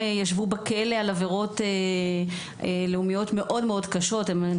שישבו בכלא על עבירות לאומיות קשות מאוד,